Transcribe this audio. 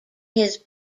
his